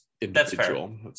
individual